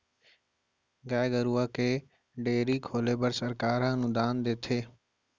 गाय गरूवा के डेयरी खोले बर सरकार ह अनुदान देथे